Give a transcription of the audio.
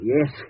Yes